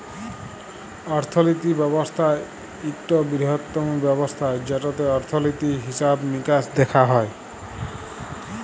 অর্থলিতি ব্যবস্থা ইকট বিরহত্তম ব্যবস্থা যেটতে অর্থলিতি, হিসাব মিকাস দ্যাখা হয়